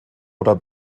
oder